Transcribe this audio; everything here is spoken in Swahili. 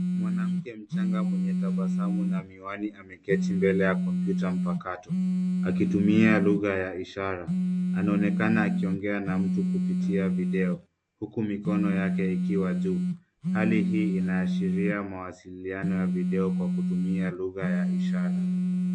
Mwanamke mchanga mwenye tabasamu na miwani, ameketi mbele ya kompyuta mpakato, akitumia lugha ya ishara. Anaonekana akiongea na mtu kupitia video, huku mikono yake ikiwa juu. Hali hii inaashiria mawasiliano ya video kwa kutumia lugha ya ishara.